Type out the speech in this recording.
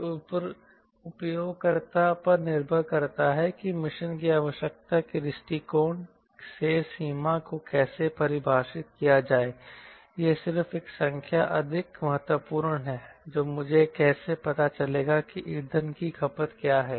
यह उपयोगकर्ता पर निर्भर करता है कि मिशन की आवश्यकता के दृष्टिकोण से सीमा को कैसे परिभाषित किया जाए यह सिर्फ एक संख्या अधिक महत्वपूर्ण है मुझे कैसे पता चलेगा कि ईंधन की खपत क्या है